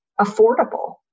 affordable